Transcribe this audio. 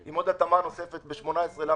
עם עוד התאמה נוספת ב-18לז,